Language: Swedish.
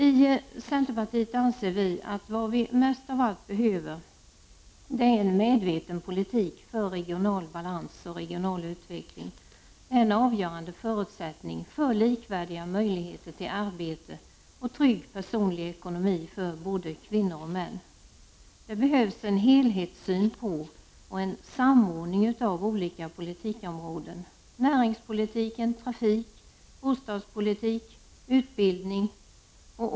I centerpartiet anser vi att vad vi mest av allt behöver är en medveten politik för regional balans och regional utveckling. Det är en avgörande förutsättning för likvärdiga möjligheter till arbete och trygg personlig ekonomi för både kvinnor och män. Det behövs en helhetssyn på och en samordning av olika politikområden: näringspolitik, trafik, bostadspolitik och utbildning.